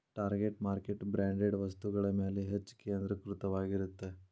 target market branded ವಸ್ತುಗಳ ಮ್ಯಾಲೆ ಹೆಚ್ಚ್ ಕೇಂದ್ರೇಕೃತವಾಗಿರತ್ತ